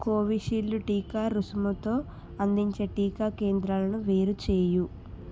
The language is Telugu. కోవిషీల్డ్ టీకా రుసుముతో అందించే టీకా కేంద్రాలను వేరుచేయు